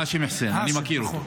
האשם חוסיין, אני מכיר אותו.